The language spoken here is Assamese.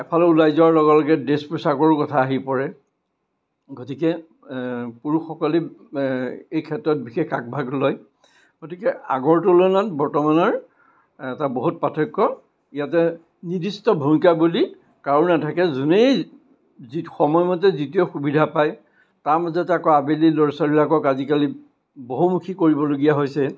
এফালে ওলাই যোৱাৰ লগে লগে ড্ৰেচ পোছাকৰো কথা আহি পৰে গতিকে পুৰুষসকলে এইক্ষেত্ৰত বিশেষ আগভাগ লয় গতিকে আগৰ তুলনাত বৰ্তমানৰ এটা বহুত পাৰ্থক্য ইয়াতে নিৰ্দিষ্ট ভূমিকা বুলি কাৰো নাথাকে যোনেই যি সময়মতে যিটোৱে সুবিধা পায় তাৰ মাজত আকৌ আবেলি ল'ৰা ছোৱালীবিলাকক আজিকালি বহুমূখী কৰিবলগীয়া হৈছে